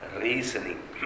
reasoning